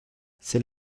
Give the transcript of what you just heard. ces